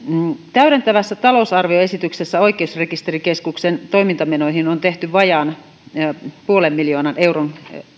täydentävässä talousarvioesityksessä oikeusrekisterikeskuksen toimintamenoihin on tehty vajaan nolla pilkku viiden miljoonan euron